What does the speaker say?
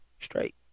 straight